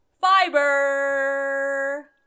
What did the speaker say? fiber